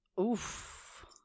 Oof